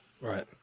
right